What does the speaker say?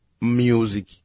music